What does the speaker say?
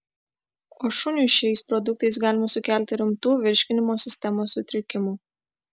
o šuniui šiais produktais galima sukelti rimtų virškinimo sistemos sutrikimų